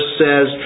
says